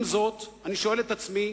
עם זאת אני שואל את עצמי: